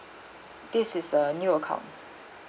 this is a new account